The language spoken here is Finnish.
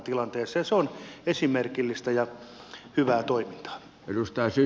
se on esimerkillistä ja hyvää toimintaa